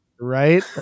Right